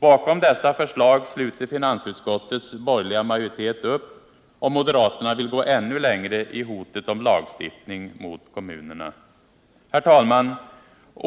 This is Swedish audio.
Bakom dessa förslag sluter finansutskottets borgerliga majoritet upp, och moderaterna vill gå ännu längre i hotet om lagstiftning mot kommunerna. Herr talman!